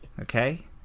okay